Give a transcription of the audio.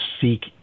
seek